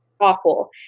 awful